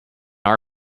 our